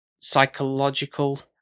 psychological